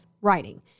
writing